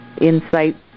insights